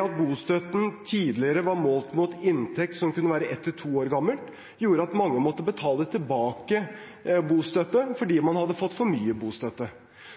at bostøtten tidligere ble målt mot inntekt som kunne være ett–to år gammel, gjorde at mange måtte betale tilbake bostøtte fordi de hadde fått for mye.